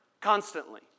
constantly